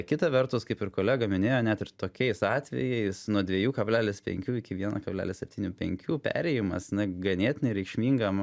kita vertus kaip ir kolega minėjo net ir tokiais atvejais nuo dviejų kablelis penkių iki vieno kablelis septynių penkių perėjimas na ganėtinai reikšmingam